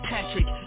Patrick